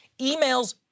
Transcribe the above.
emails